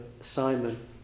Simon